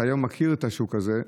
אתה היום מכיר את השוק הזה.